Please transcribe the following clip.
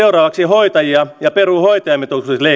hoitajia ja peruu hoitajamitoituksen leikkaukset tilanteessa jossa